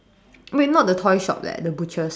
wait not the toy shop leh the butcher's